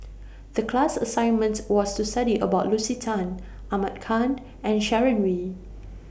The class assignment was to study about Lucy Tan Ahmad Khan and Sharon Wee